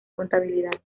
contabilidad